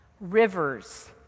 Rivers